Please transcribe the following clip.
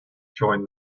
join